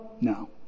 No